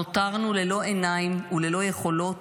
נותרנו ללא עיניים וללא יכולות